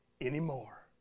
anymore